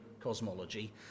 cosmology